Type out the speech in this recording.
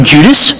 Judas